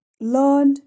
Lord